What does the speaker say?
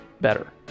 better